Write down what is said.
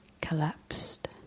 collapsed